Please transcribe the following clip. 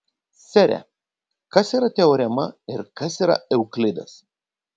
sere kas yra teorema ir kas yra euklidas